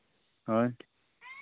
ᱦᱳᱭ